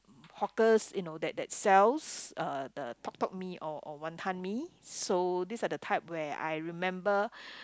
hawkers you know that that sells uh the Tok Tok Mee or or Wanton-Mee so this are the type where I remember